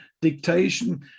dictation